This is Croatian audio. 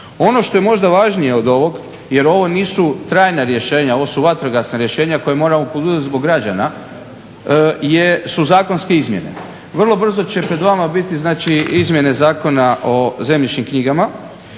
Ono što je možda važnije od ovog jer ovo nisu trajna rješenja, ovo su vatrogasna rješenja koja moramo poduzet zbog građana su zakonske izmjene. Vrlo brzo će pred vama biti izmjene Zakona o zemljišnim knjigama